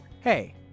Hey